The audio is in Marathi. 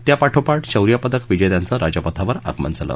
त्यापाठोपाठ शौर्यपदक विजेत्यांचं राजपथावर आगमन झालं